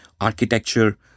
architecture